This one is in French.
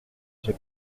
j’ai